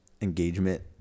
engagement